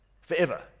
forever